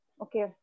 Okay